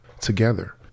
together